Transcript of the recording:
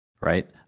right